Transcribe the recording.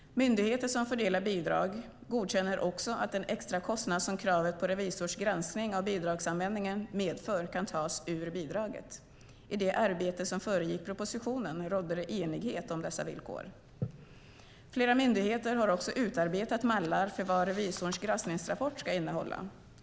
Myndigheter som fördelar bidrag godkänner också att den extra kostnad som kravet på revisors granskning av bidragsanvändningen medför kan tas ur bidraget. I det arbete som föregick propositionen rådde det enighet om dessa villkor. Flera myndigheter har också utarbetat mallar för vad revisorns granskningsrapport ska innehålla.